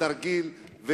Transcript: מהתרגיל.